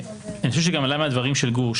ואני חושב שגם עלה מהדברים של גור,